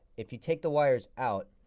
if you take the wires out,